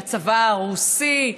לצבא הרוסי,